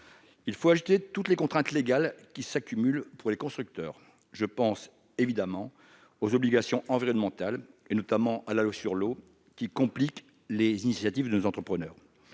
Il faut ajouter à cela toutes les contraintes légales qui s'accumulent pour les constructeurs. Je pense évidemment aux obligations environnementales, notamment à la loi sur l'eau et les milieux aquatiques qui complique les initiatives de nos entrepreneurs.